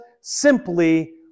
simply